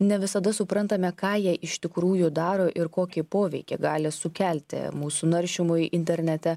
ne visada suprantame ką jie iš tikrųjų daro ir kokį poveikį gali sukelti mūsų naršymui internete